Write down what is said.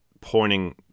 pointing